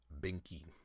Binky